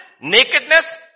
Nakedness